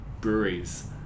breweries